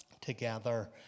together